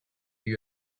you